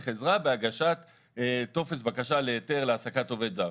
עזרה בהגשת טופס בקשה להיתר להעסקת עובד זר.